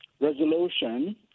resolution